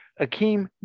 akeem